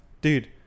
Dude